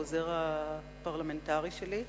העוזר הפרלמנטרי שלי,